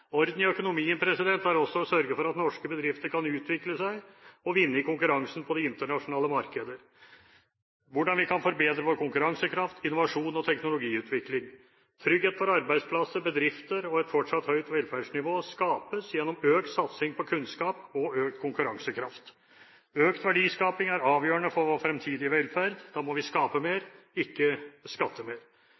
Orden i økonomien er også å sørge for at norske bedrifter kan utvikle seg og vinne i konkurransen på de internasjonale markeder, og se hvordan vi kan forbedre vår konkurransekraft, innovasjon og teknologiutvikling. Trygghet for arbeidsplasser, bedrifter og et fortsatt høyt velferdsnivå skapes gjennom økt satsing på kunnskap og økt konkurransekraft. Økt verdiskaping er avgjørende for vår fremtidige velferd. Da må vi skape mer, ikke skatte mer.